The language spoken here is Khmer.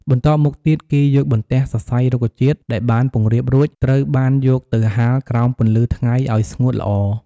បន្ទាប់មកទៀតគេយកបន្ទះសរសៃរុក្ខជាតិដែលបានពង្រាបរួច ត្រូវបានយកទៅហាលក្រោមពន្លឺថ្ងៃឱ្យស្ងួតល្អ។